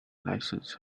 license